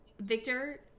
Victor